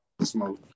Smoke